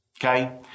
Okay